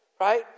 right